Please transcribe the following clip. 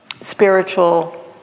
spiritual